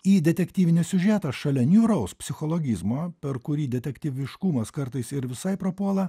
į detektyvinį siužetą šalia niūraus psichologizmo per kurį detektyviškumas kartais ir visai prapuola